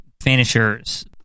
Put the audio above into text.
finishers